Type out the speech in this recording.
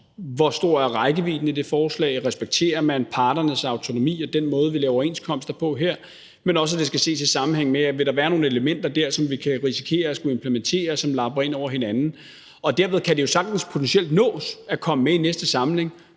hvor stor rækkevidden er i det forslag, og om man respekterer parternes autonomi og den måde, vi laver overenskomster på her, men også, at det skal ses i sammenhæng med, om der vil være nogle elementer der, som vi kan risikere at skulle implementere, som lapper ind over hinanden. Og derved kan det jo sagtens potentielt nås at komme med i næste samling,